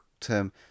term